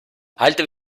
altri